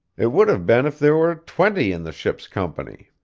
it would have been if there were twenty in the ship's company